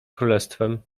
królestwem